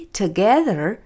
together